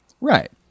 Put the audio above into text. Right